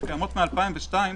שקיימות מ-2002,